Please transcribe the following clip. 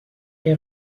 les